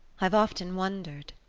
i've often wondered.